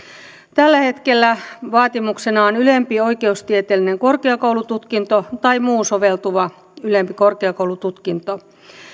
tällä hetkellä vaatimuksena on ylempi oikeustieteellinen korkeakoulututkinto tai muu soveltuva ylempi korkeakoulututkinto